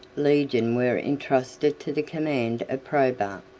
legion were intrusted to the command of probus,